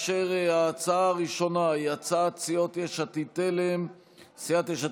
וההצעה הראשונה היא הצעת סיעת יש עתיד-תל"ם,